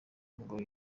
ngo